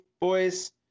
boys